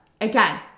Again